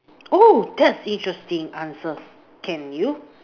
oh that's interesting answer can you